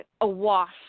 awash